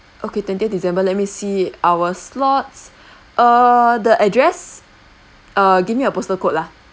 okay twentieth december let me see our slots err the address err give me your postal code lah